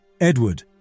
Edward